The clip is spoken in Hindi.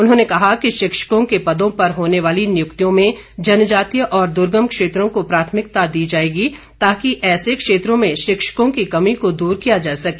उन्होंने कहा कि शिक्षकों के पदों पर होने वाली नियुक्तियों में जनजातीय और दर्गम क्षेत्रों को प्राथमिकता दी जाएगी ताकि ऐसे क्षेत्रों में शिक्षकों की कमी को दूर किया जा सके